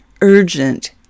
urgent